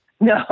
No